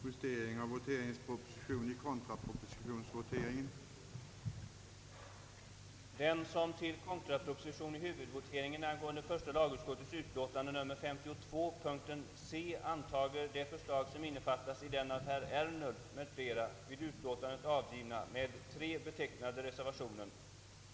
Vi får hoppas att forskningen och regeringens verksamhet så småningom skall leda till att faderskap kan fastställas med sådan grad av säkerhet att den gränsen försvinner.